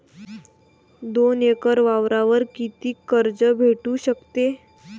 दोन एकर वावरावर कितीक कर्ज भेटू शकते?